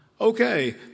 Okay